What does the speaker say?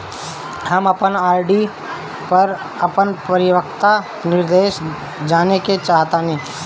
हम अपन आर.डी पर अपन परिपक्वता निर्देश जानेके चाहतानी